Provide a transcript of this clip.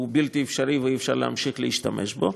בלתי אפשרי ואי-אפשר להמשיך להשתמש בו.